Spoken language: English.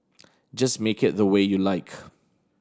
just make it the way you like